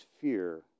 fear